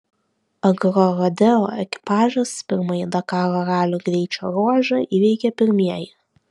agrorodeo ekipažas pirmąjį dakaro ralio greičio ruožą įveikė pirmieji